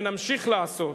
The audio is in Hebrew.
ונמשיך לעשות,